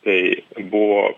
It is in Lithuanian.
tai buvo